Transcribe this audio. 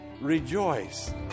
Rejoice